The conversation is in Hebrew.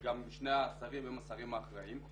גם שני השרים והם השרים האחראיים.